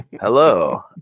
hello